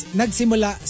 nagsimula